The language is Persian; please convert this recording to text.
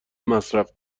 مصرف